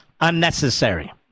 unnecessary